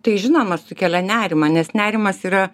tai žinoma sukelia nerimą nes nerimas yra